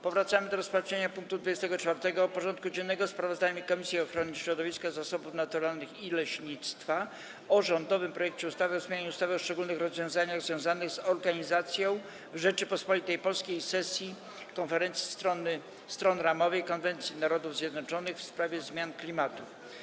Powracamy do rozpatrzenia punktu 24. porządku dziennego: Sprawozdanie Komisji Ochrony Środowiska, Zasobów Naturalnych i Leśnictwa o rządowym projekcie ustawy o zmianie ustawy o szczególnych rozwiązaniach związanych z organizacją w Rzeczypospolitej Polskiej sesji Konferencji Stron Ramowej konwencji Narodów Zjednoczonych w sprawie zmian klimatu.